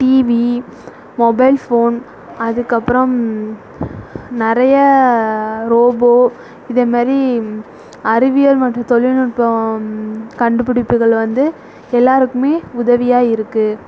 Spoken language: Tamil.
டீவி மொபைல் ஃபோன் அதுக்கப்புறம் நிறைய ரோபோ இது மாரி அறிவியல் மற்றும் தொழில்நுட்பம் கண்டுப்பிடிப்புகள் வந்து எல்லோருக்குமே உதவியாக இருக்கு